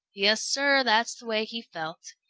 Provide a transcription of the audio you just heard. yes, sir, that's the way he felt.